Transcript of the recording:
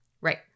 Right